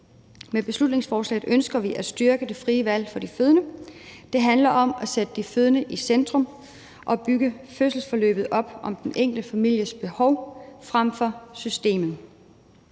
Med beslutningsforslaget ønsker vi at styrke det frie valg for de fødende. Det handler om at sætte de fødende i centrum og bygge fødselsforløbet op om den enkelte families behov frem for systemet.